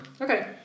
Okay